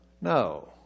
No